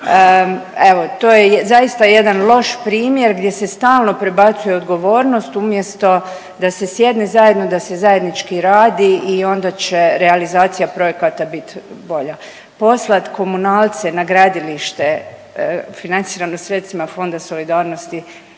evo to je zaista jedan loš primjer gdje se stalno prebacuje odgovornost umjesto da se sjedne zajedno, da se zajednički radi i onda će realizacija projekata bit bolja. Poslat komunalce na gradilište financirano sredstvima Fonda solidarnosti